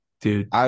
dude